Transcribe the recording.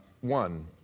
One